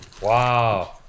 Wow